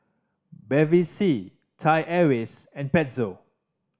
Bevy C Thai Airways and Pezzo